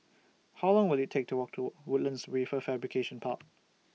How Long Will IT Take to Walk to Woodlands Wafer Fabrication Park